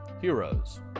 Heroes